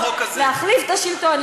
להחליף את השלטון,